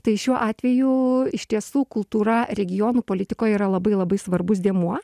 tai šiuo atveju iš tiesų kultūra regionų politikoj yra labai labai svarbus dėmuo